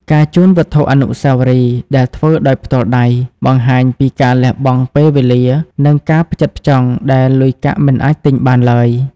ការជូនវត្ថុអនុស្សាវរីយ៍ដែលធ្វើដោយផ្ទាល់ដៃ បង្ហាញពីការលះបង់ពេលវេលា និងការផ្ចិតផ្ចង់ដែលលុយកាក់មិនអាចទិញបានឡើយ។